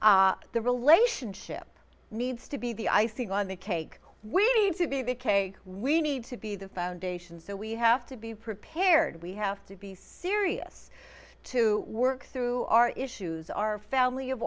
relationship needs to be the icing on the cake we need to be the k we need to be the foundation so we have to be prepared we have to be serious to work through our issues our family of